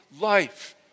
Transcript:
life